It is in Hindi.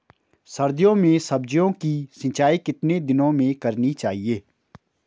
सर्दियों में सब्जियों की सिंचाई कितने दिनों में करनी चाहिए?